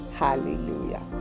hallelujah